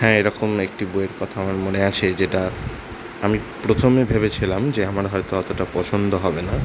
হ্যাঁ এরকম একটি বইয়ের কথা আমার মনে আছে যেটা আমি প্রথমে ভেবেছিলাম যে আমার হয়তো অতটা পছন্দ হবে না